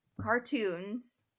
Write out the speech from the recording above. cartoons